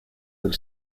del